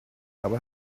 aber